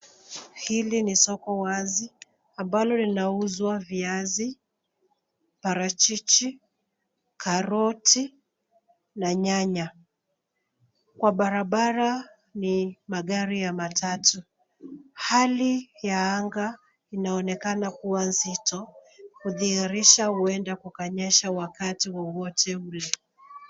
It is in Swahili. Hili ni soko wazi ambalo linauzwa viazi, parachichi, karoti na nyanya. Kwa bararabara ni magari ya matatu. Hali ya anga inaonekana kuwa nzito kudhiirisha huenda kukanyesha wakati wowote ule.